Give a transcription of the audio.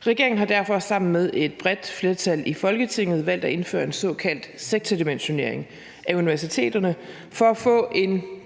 Regeringen har derfor sammen med et bredt flertal i Folketinget valgt at indføre en såkaldt sektordimensionering af universiteterne for at få en